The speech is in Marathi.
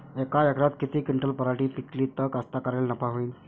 यका एकरात किती क्विंटल पराटी पिकली त कास्तकाराइले नफा होईन?